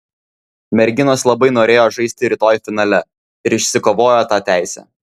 merginos labai norėjo žaisti rytoj finale ir išsikovojo tą teisę